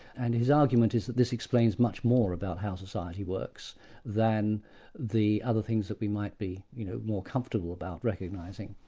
and his argument is that this explains much more about how society works works than the other things that we might be you know more comfortable about recognising.